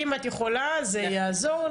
אם את יכולה זה יעזור.